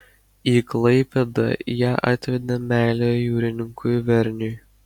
į klaipėdą ją atvedė meilė jūrininkui verniui